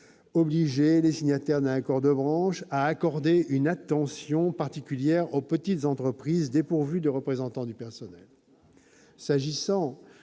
obligé les signataires d'un accord de branche à accorder une attention particulière aux petites entreprises dépourvues de représentants du personnel.